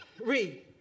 Read